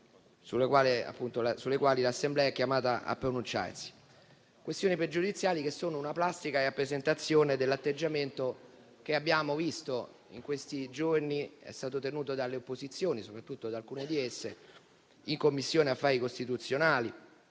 sulle quali l'Assemblea è chiamata a pronunciarsi. Tali questioni pregiudiziali sono una plastica rappresentazione dell'atteggiamento che, come abbiamo visto, in questi giorni è stato tenuto dalle opposizioni, soprattutto da alcune di esse, in Commissione affari costituzionali,